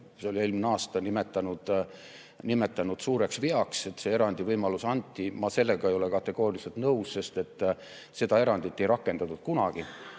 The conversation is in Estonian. see oli eelmisel aastal – suureks veaks, et see erandivõimalus anti. Ma sellega ei ole kategooriliselt nõus, sest seda erandit ei rakendatud kunagi.